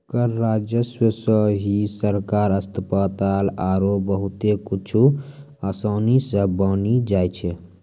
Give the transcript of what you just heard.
कर राजस्व सं ही सड़क, अस्पताल आरो बहुते कुछु आसानी सं बानी जाय छै